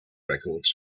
records